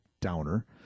downer